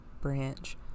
branch